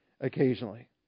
occasionally